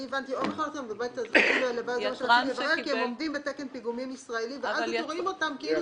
אני הבנתי --- ועומדים בתקן פיגומים ישראלי ואז אתם רואים אותם כאילו